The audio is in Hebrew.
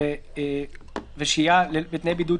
אבל האדם פונה ומבקש עזרה --- ואם האדם יגיד,